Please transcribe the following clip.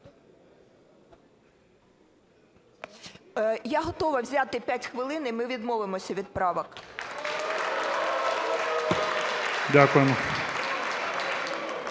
Я готова взяти 5 хвилин, і ми відмовимося від правок.